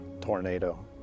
tornado